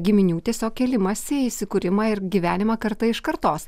giminių tiesiog kėlimąsi įsikūrimą ir gyvenimą karta iš kartos